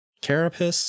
Carapace